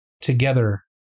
Together